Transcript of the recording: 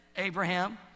abraham